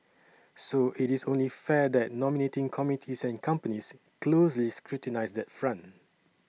so it is only fair that nominating committees and companies closely scrutinise that front